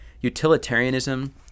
Utilitarianism